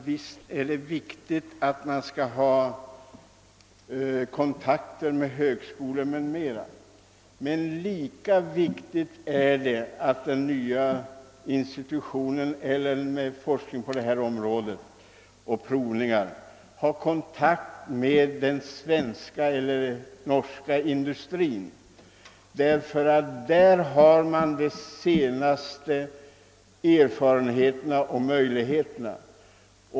Visst är det viktigt att man håller kontakt med högskolor och liknande institutioner, men lika viktigt är det att när det gäller forskning på detta område hålla kontakt med den svenska eller norska industrin; det är där man kan få kännedom om de senaste erfarenheterna och möjligheterna.